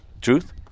Truth